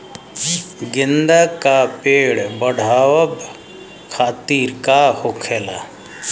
गेंदा का पेड़ बढ़अब खातिर का होखेला?